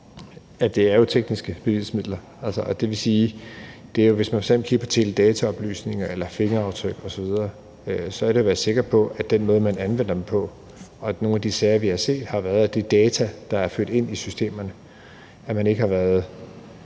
jo er tekniske bevismidler, og det vil sige, at det, hvis man f.eks. kigger på teledataoplysninger eller fingeraftryk osv., så er at være sikker på den måde, man anvender dem på – i nogle af de sager, vi har set, har man i forhold til de data, der er ført ind i systemerne, ikke været